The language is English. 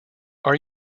are